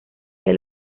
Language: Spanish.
que